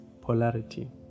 polarity